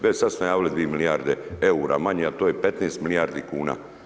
Već sad ste najavili 2 milijarde eura manje a to je 15 milijardi kuna.